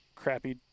crappy